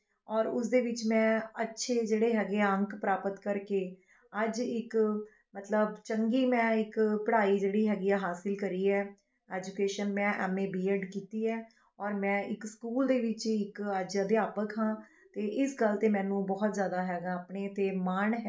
ਔਰ ਉਸ ਦੇ ਵਿੱਚ ਮੈਂ ਅੱਛੇ ਜਿਹੜੇ ਹੈਗੇ ਆ ਅੰਕ ਪ੍ਰਾਪਤ ਕਰਕੇ ਅੱਜ ਇੱਕ ਮਤਲਬ ਚੰਗੀ ਮੈਂ ਇੱਕ ਪੜ੍ਹਾਈ ਜਿਹੜੀ ਹੈਗੀ ਆ ਹਾਸਿਲ ਕਰੀ ਹੈ ਅੱਜ ਬੇਸ਼ੱਕ ਮੈਂ ਐੱਮਏ ਬੀਐੱਡ ਕੀਤੀ ਹੈ ਔਰ ਮੈਂ ਇੱਕ ਸਕੂਲ ਦੇ ਵਿੱਚ ਹੀ ਇੱਕ ਅੱਜ ਅਧਿਆਪਕ ਹਾਂ ਅਤੇ ਇਸ ਗੱਲ 'ਤੇ ਮੈਨੂੰ ਬਹੁਤ ਜ਼ਿਆਦਾ ਹੈਗਾ ਆਪਣੇ 'ਤੇ ਮਾਣ ਹੈ